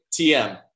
TM